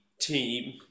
team